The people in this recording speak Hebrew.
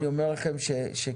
אני אומר לכם את זה משה,